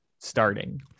starting